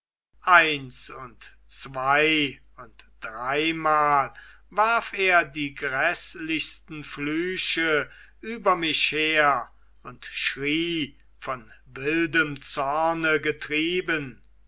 eins und zwei und dreimal warf er die gräßlichsten flüche über mich her und schrie von wildem zorne getrieben